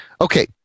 Okay